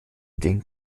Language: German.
den